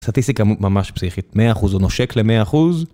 סטטיסטיקה ממש פסיכית, 100% הוא נושק ל-100%